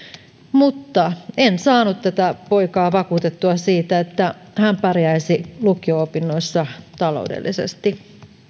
mutta en saanut tätä poikaa vakuutettua siitä että hän pärjäisi lukio opinnoissa taloudellisesti